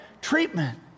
treatment